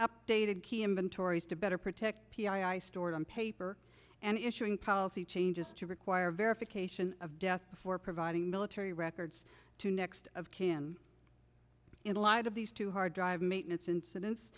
updated key inventories to better protect stored on paper and issuing policy changes to require verification of death for providing military records to next of kin in a lot of these two hard drive maintenance incidents